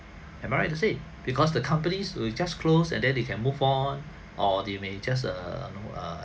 am I right to say because the companies will just close and then they can move on or they may just um err